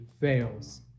fails